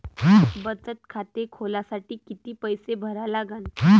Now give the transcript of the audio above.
बचत खाते खोलासाठी किती पैसे भरा लागन?